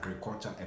agriculture